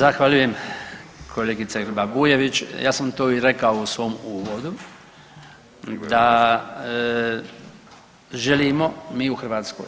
Zahvaljujem kolegice Grba Bujević, ja sam to i rekao u svom uvodu da želimo mi u Hrvatskoj